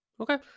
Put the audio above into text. Okay